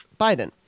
Biden